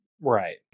Right